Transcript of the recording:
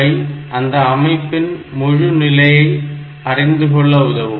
அவை அந்த அமைப்பின் முழு நிலையை அறிந்துகொள்ள உதவும்